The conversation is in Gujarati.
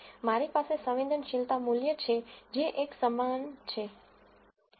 મારી પાસે સંવેદનશીલતા મૂલ્ય છે જે એક સમાન છે